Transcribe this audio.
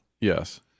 Yes